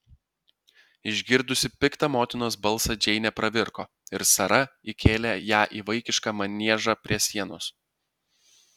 išgirdusi piktą motinos balsą džeinė pravirko ir sara įkėlė ją į vaikišką maniežą prie sienos